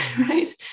right